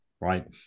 right